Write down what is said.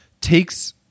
takes